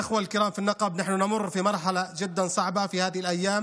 (אומר דברים בשפה הערבית,